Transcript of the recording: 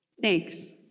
thanks